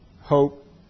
hope